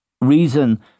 reason